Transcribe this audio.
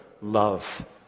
love